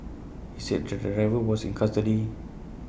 he said the driver was in custody